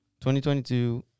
2022